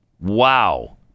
Wow